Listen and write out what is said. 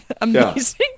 amazing